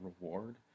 reward